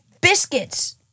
Biscuits